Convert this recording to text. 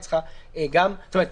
היא צריכה גם זאת אומרת,